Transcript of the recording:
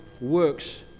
works